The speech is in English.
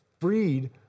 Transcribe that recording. freed